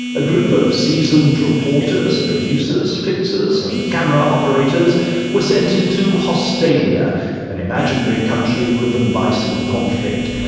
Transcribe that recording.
a group of seasoned reporters, producers, fixers and camera operators were sent into hostalia an imaginary country riven by civil conflict.